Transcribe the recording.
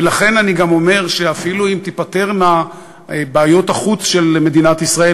ולכן אני גם אומר שאפילו אם תיפתרנה בעיות החוץ של מדינת ישראל,